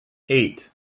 eight